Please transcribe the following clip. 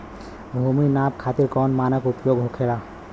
भूमि नाप खातिर कौन मानक उपयोग होखेला?